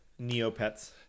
Neopets